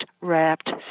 wrapped